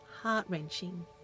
heart-wrenching